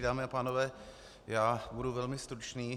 Dámy a pánové, budu velmi stručný.